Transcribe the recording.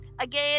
Again